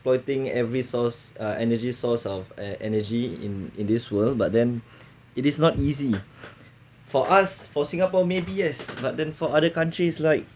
exploiting every resource uh energy source of energy in in this world but then it is not easy for us for singapore may be as not them for other countries like